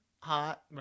hot